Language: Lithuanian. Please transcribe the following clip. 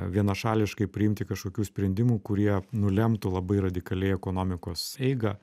vienašališkai priimti kažkokių sprendimų kurie nulemtų labai radikaliai ekonomikos eigą